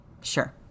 Sure